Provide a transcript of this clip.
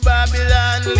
Babylon